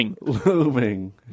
Looming